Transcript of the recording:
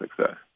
success